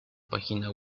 página